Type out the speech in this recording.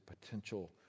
potential